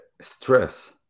stress